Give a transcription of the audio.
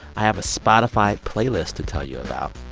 i have a spotify playlist to tell you about.